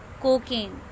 cocaine